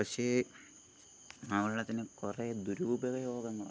പക്ഷേ ആ വെള്ളത്തിന് കുറേ ദുരുപകയോഗങ്ങൾ ഉണ്ട്